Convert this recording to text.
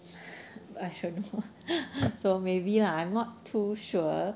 I also don't know so maybe lah I'm not too sure